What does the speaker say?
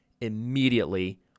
immediately